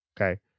Okay